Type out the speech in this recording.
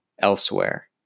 elsewhere